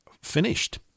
finished